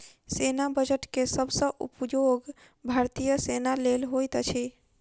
सेना बजट के सब सॅ उपयोग भारतीय सेना लेल होइत अछि